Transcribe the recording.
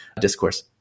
discourse